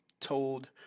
told